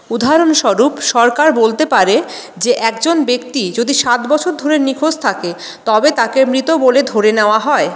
উদাহরণস্বরূপ সরকার বলতে পারে যে একজন ব্যক্তি যদি সাত বছর ধরে নিখোঁজ থাকে তবে তাকে মৃত বলে ধরে নেওয়া হয়